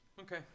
okay